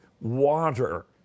water